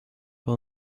will